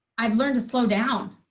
i've learned to slow down.